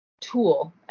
tool